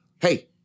hey